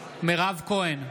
כהן,